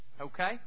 Okay